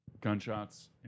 gunshots